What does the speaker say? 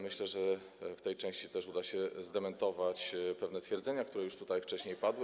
Myślę, że w tej części też uda się zdementować pewne twierdzenia, które już tutaj wcześniej padły.